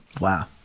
Wow